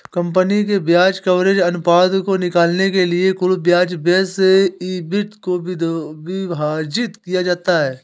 company के ब्याज coverage अनुपात को निकालने के लिए कुल ब्याज व्यय से ईबिट को विभाजित किया जाता है